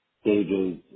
stages